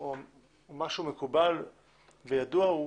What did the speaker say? או משהו מקובל וידוע הוא